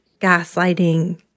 gaslighting